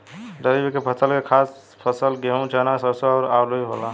रबी फसल के खास फसल गेहूं, चना, सरिसो अउरू आलुइ होला